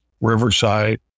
Riverside